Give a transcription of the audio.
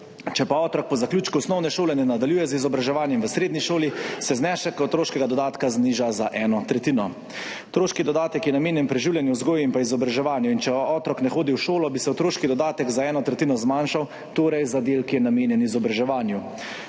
Če pa otrok po zaključku osnovne šole ne nadaljuje z izobraževanjem v srednji šoli, se znesek otroškega dodatka zniža za eno tretjino. Otroški dodatek je namenjen preživljanju, vzgoji in izobraževanju in če otrok ne hodi v šolo, bi se otroški dodatek za eno tretjino zmanjšal, torej za del, ki je namenjen izobraževanju.